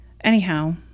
Anyhow